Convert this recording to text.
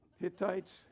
Hittites